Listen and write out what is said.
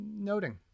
noting